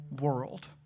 world